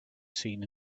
seen